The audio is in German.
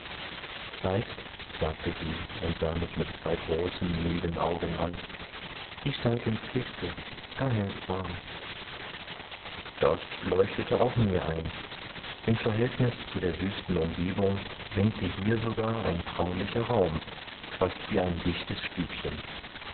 weißt sagte sie und sah mich mit zwei großen müden augen an i steig ins kistl da hält's warm das leuchtete auch mir ein im verhältnis zu der wüsten umgebung winkte hier sogar ein traulicher raum fast wie ein dichtes stübchen